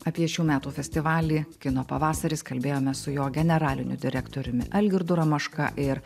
apie šių metų festivalį kino pavasaris kalbėjomės su jo generaliniu direktoriumi algirdu ramoška ir